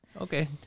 Okay